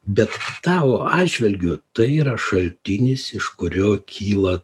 bet tavo atžvilgiu tai yra šaltinis iš kurių kyla